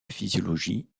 physiologie